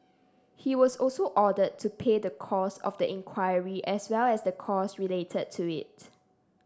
he was also ordered to pay the cost of the inquiry as well as the cost related to it